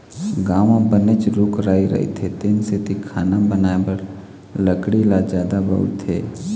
गाँव म बनेच रूख राई रहिथे तेन सेती खाना बनाए बर लकड़ी ल जादा बउरथे